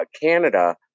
Canada